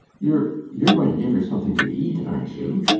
you're you're going to give her something to eat, aren't you?